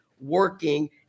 working